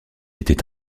était